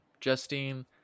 Justine